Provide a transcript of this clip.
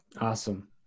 Awesome